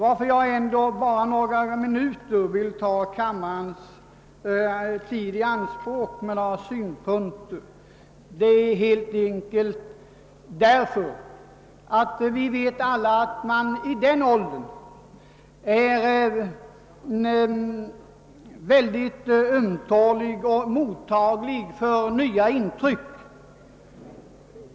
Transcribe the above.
Att jag ändå under några minuter vill ta kammarens tid i anspråk med några synpunkter beror helt enkelt på att vi alla vet, att man i ungdomen är mycket ömtålig och mottaglig för nya intryck.